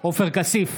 עופר כסיף,